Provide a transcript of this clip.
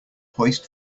hoist